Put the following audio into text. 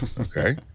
Okay